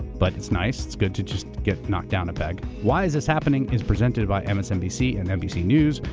but it's nice. it's good to just get knocked down a peg. why is this happening? is presented by msnbc and nbc news,